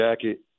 jacket